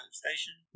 station